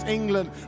England